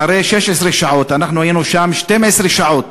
אחרי 16 שעות, ואנחנו היינו שם אחרי 12 שעות,